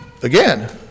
Again